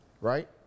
right